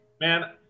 man